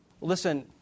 listen